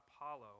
Apollo